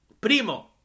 Primo